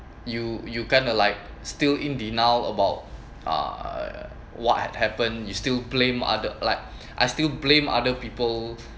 you you can't like still in denial about uh what had happened you still blame other like I still blame other people